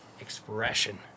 expression